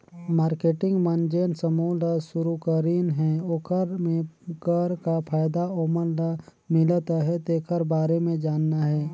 marketing मन जेन समूह ल सुरूकरीन हे ओखर मे कर का फायदा ओमन ल मिलत अहे तेखर बारे मे जानना हे